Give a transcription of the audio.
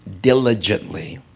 diligently